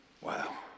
wow